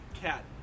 cat